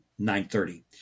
9.30